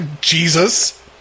jesus